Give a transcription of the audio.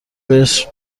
بهش